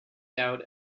doubt